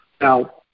Now